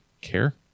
care